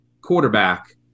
quarterback